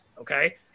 Okay